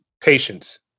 Patience